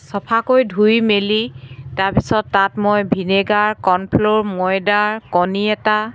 চফাকৈ ধুই মেলি তাৰপিছত তাত মই ভিনেগাৰ কৰ্ণফ্ল'ৰ ময়দা কণী এটা